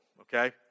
okay